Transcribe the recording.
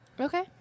okay